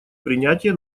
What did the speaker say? принятия